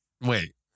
wait